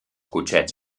cotxets